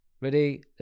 Ready